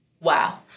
Wow